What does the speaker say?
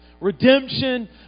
Redemption